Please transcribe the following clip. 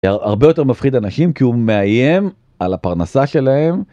הרבה יותר מפחיד אנשים כי הוא מאיים על הפרנסה שלהם.